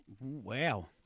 Wow